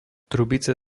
trubice